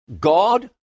God